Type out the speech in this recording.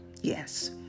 Yes